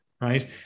right